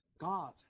God